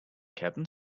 captain